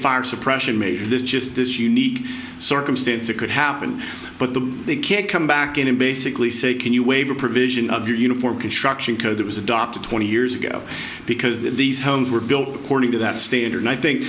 fire suppression major there's just this unique circumstance it could happen but the they can't come back in and basically say can you waiver provision of your uniform construction code that was adopted twenty years ago because these homes were built according to that standard i think